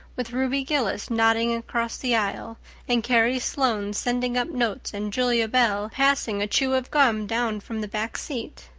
with ruby gillis nodding across the aisle and carrie sloane sending up notes and julia bell passing a chew of gum down from the back seat.